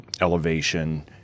elevation